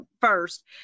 first